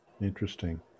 Interesting